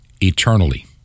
eternally